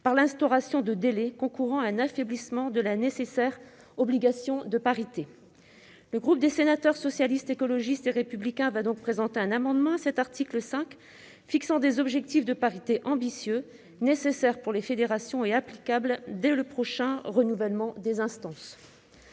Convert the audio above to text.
par l'instauration de délais, concourant à un affaiblissement de la nécessaire obligation de parité. Le groupe Socialiste, Écologiste et Républicain présentera donc un amendement à cet article 5, fixant des objectifs de parité ambitieux, nécessaires pour les fédérations, et applicables dès le prochain renouvellement des instances.